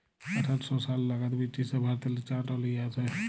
আঠার শ সাল লাগাদ বিরটিশরা ভারতেল্লে চাঁট লিয়ে আসে